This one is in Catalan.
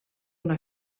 una